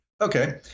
Okay